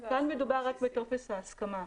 אבל כאן מדובר רק בטופס ההסכמה.